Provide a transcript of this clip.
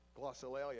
Glossolalia